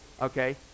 Okay